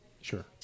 Sure